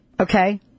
Okay